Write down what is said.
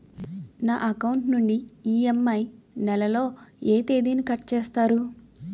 నా అకౌంట్ నుండి ఇ.ఎం.ఐ నెల లో ఏ తేదీన కట్ చేస్తారు?